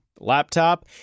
Laptop